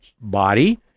Body